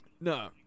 No